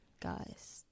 guys